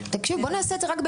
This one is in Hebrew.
נעשה את זה רק בפינוי.